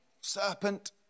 serpent